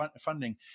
funding